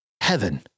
heaven